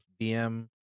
DM